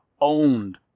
owned